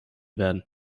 werden